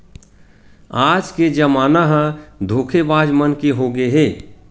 आज के जमाना ह धोखेबाज मन के होगे हे